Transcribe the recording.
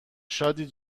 شادی